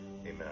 amen